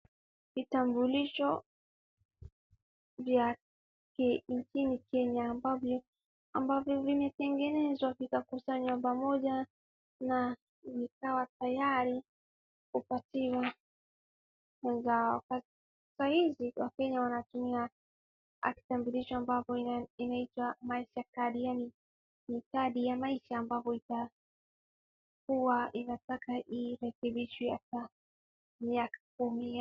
Vitambulisha vya kinchini Kenya mabavyo, ambavyo vimetengenezwa vikakusanywa pamoja na vikawa tayari kupatiwa wenzao, saa hizi wakenya wanatumia kitambulisho ambayo inaitwa master card yaani ni kadi ya maisha ambavyo itakuwa inataka irekebishwe kwa miaka kumi au.